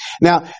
Now